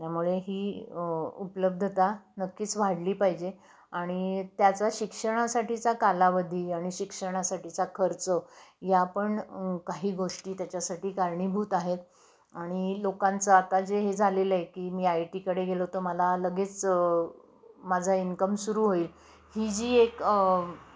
त्यामुळे ही उपलब्धता नक्कीच वाढली पाहिजे आणि त्याचा शिक्षणासाठीचा कालावधी आणि शिक्षणासाठीचा खर्च या पण काही गोष्टी त्याच्यासाठी कारणीभूत आहेत आणि लोकांचं आता जे हे झालेलं आहे की मी आय टीकडे गेलो तर मला लगेच माझा इन्कम सुरू होईल ही जी एक